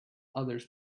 others